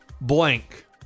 blank